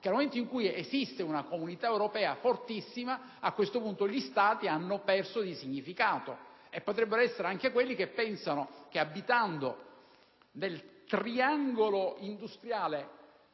che nel momento in cui esiste una Comunità europea fortissima, a questo punto gli Stati hanno perso di significato. Queste stesse persone potrebbero essere anche quelle che abitano nel triangolo industriale